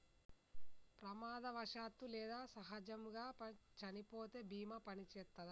ప్రమాదవశాత్తు లేదా సహజముగా చనిపోతే బీమా పనిచేత్తదా?